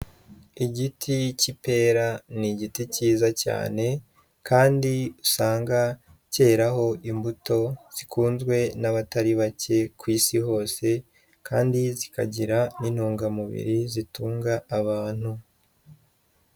Igiti cy'ipera ni igiti cyiza cyane, kandi usanga cyeraraho imbuto zikunzwe n'abatari bake ku isi hose, kandi zikagira n'intungamubiri zitunga abantu.